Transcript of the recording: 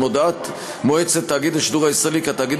עם הודעת מועצת תאגיד השידור הישראלי כי התאגיד